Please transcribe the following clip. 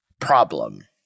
problem